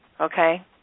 okay